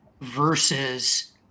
versus